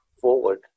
forward